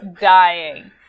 dying